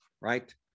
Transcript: Right